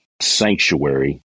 sanctuary